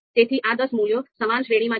તેથી આ દસ મૂલ્યો સમાન શ્રેણીમાં છે